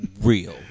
real